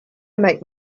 make